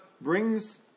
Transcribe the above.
brings